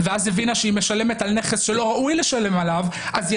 ואז הבינה שהיא משלמת על נכס שלא ראוי לשלם עליו אז היא